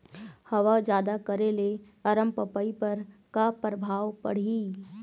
हवा जादा करे ले अरमपपई पर का परभाव पड़िही?